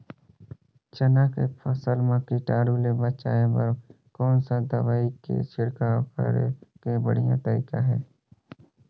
चाना के फसल मा कीटाणु ले बचाय बर कोन सा दवाई के छिड़काव करे के बढ़िया तरीका हे?